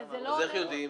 נכון, אז איך יודעים?